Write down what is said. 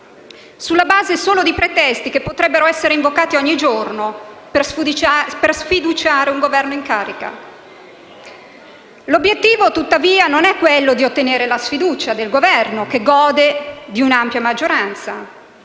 sulla base di pretesti che potrebbero essere invocati ogni giorno per sfiduciare un Governo in carica. L'obiettivo, tuttavia, non è quello di sfiduciare il Governo, che gode di un'ampia maggioranza,